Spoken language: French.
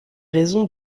raisons